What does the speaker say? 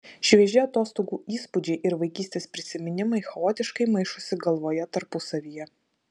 švieži atostogų įspūdžiai ir vaikystės prisiminimai chaotiškai maišosi galvoje tarpusavyje